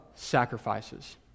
sacrifices